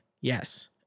Yes